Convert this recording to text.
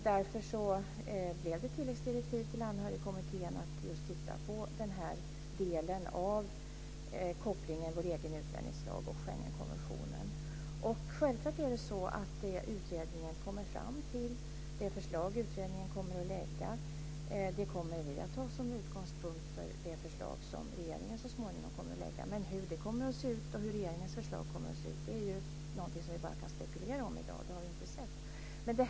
Därför gavs det tilläggsdirektiv till Anhörigkommittén att titta på kopplingen vår egen utlänningslag och Schengenkonventionen. Det förslag som utredningen kommer att lägga fram kommer vi självklart att ta som utgångspunkt för det förslag som regeringen så småningom kommer att lägga fram. Hur regeringens förslag kommer att se ut är något som vi bara kan spekulera om i dag. Det har vi inte sett.